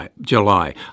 July